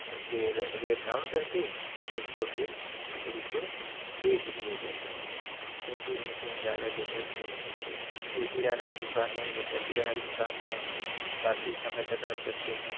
नीचे rate down करके उसको फिर मछली को बेच दिया जाता है क्योंकि उनको हम लोग ज़्यादा देर तक नहीं रख सकते क्योंकि यह किराना का दुकान नहीं होता किराना के दुकान में हैं काफी समय तक रख सकते हैं